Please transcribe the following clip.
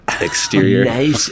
exterior